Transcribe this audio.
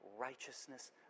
righteousness